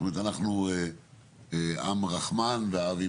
אנחנו עם רחמן ועם עם